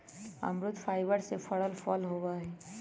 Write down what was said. अमरुद फाइबर से भरल फल होबा हई